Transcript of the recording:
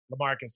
LaMarcus